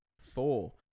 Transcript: four